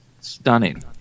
stunning